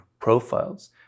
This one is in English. profiles